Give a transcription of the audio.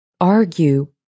argue